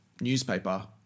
newspaper